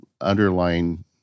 underlying